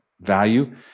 value